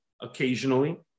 occasionally